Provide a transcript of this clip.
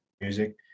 music